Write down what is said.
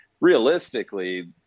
realistically